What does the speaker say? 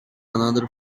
another